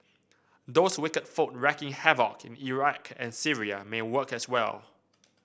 those wicked folk wreaking havoc in Iraq and Syria may work as well